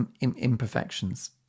imperfections